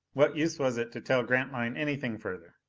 what use was it to tell grantline anything further?